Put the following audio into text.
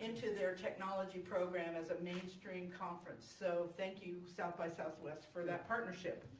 into their technology program as a mainstream conference so thank you south by southwest for that partnership.